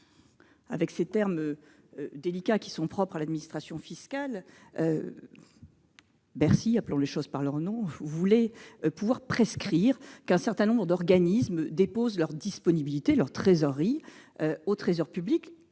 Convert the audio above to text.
En ces termes délicats qui sont propres à l'administration fiscale, Bercy- appelons les choses par leur nom -voulait pouvoir prescrire qu'un certain nombre d'organismes déposent leur trésorerie au Trésor public,